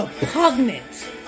repugnant